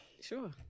sure